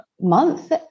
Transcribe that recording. month